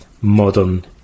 modern